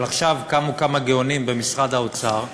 אבל עכשיו קמו כמה גאונים במשרד האוצר ואמרו,